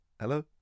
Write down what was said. hello